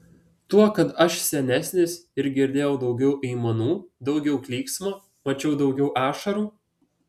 tuo kad aš senesnis ir girdėjau daugiau aimanų daugiau klyksmo mačiau daugiau ašarų